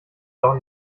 doch